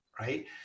right